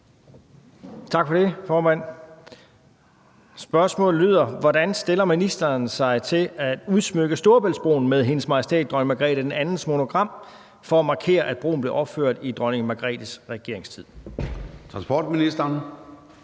Tak for det, formand. Spørgsmålet lyder: Hvordan stiller ministeren sig til at udsmykke Storebæltsbroen med Hendes Majestæt Dronning Margrethe II’s monogram for at markere, at broen blev opført i Dronning Margrethes regeringstid? Kl. 13:29 Formanden